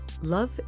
love